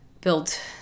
built